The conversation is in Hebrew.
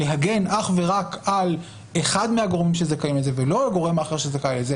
להגן אך ורק על אחד מהגורמים שזכאים לזה ולא הגורם האחר שזכאי לזה